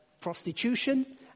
prostitution